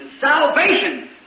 Salvation